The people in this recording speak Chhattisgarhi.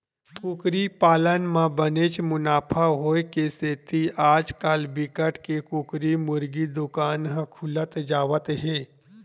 कुकरी पालन म बनेच मुनाफा होए के सेती आजकाल बिकट के कुकरी मुरगी दुकान ह खुलत जावत हे